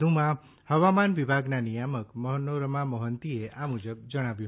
વધુમાં હવામાન વિભાગના નિયામક મનોરમા મોહંતીએ આ મુજબ જણાવ્યું